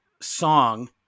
song